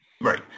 Right